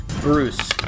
Bruce